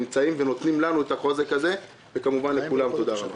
שהם נותנים לנו וכמובן לכולם תודה רבה.